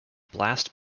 blast